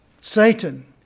Satan